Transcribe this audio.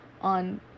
on